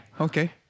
Okay